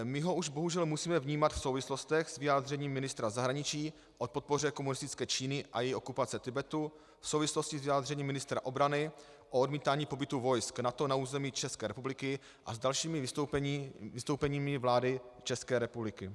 My ho už bohužel musíme vnímat v souvislostech s vyjádřením ministra zahraničí o podpoře komunistické Číny a její okupace Tibetu, v souvislosti s vyjádřením ministra obrany o odmítání pobytu vojsk NATO na území České republiky a s dalšími vystoupeními vlády České republiky.